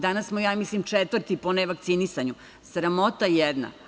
Danas smo, ja mislim četvrti po nevakcinisanju, sramota jedna.